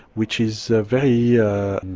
which is very yeah